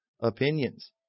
opinions